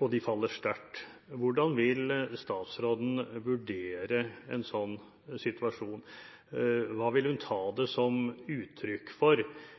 og de faller sterkt, hvordan vil statsråden vurdere en sånn situasjon? Hva ville hun ta det som uttrykk for?